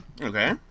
Okay